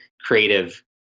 creative